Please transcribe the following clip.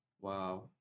Wow